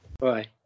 Bye